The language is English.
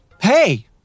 Hey